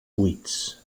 buits